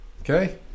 Okay